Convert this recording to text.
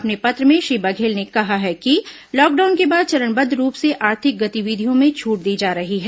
अपने पत्र में श्री बघेल ने कहा है कि लॉकडाउन के बाद चरणबद्व रूप से आर्थिक गतिविधियों में छूट दी जा रही है